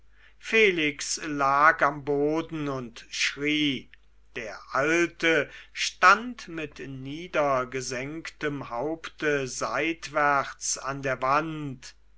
felix lag am boden und schrie der alte stand mit niedergesenktem haupte seitwärts an der wand